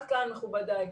עד כאן, מכובדיי.